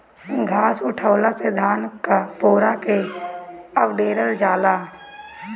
घास उठौना से धान क पुअरा के अवडेरल जाला